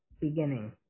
beginning